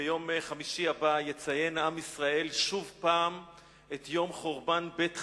ביום חמישי הבא יציין עם ישראל שוב פעם את יום חורבן בית חיינו,